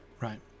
right